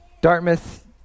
Dartmouth